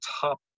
top